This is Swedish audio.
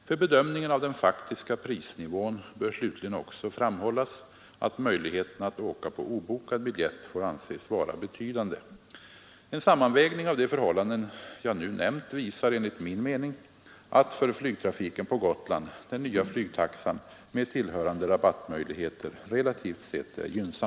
För bedömningen av den faktiska prisnivån bör slutligen också framhållas att möjligheterna att åka på obokad biljett får anses vara betydande. En sammanvägning av de förhållanden jag nu nämnt visar enligt min mening, att för flygtrafiken på Gotland den nya flygtaxan med tillhörande rabattmöjligheter relativt sett är gynnsam.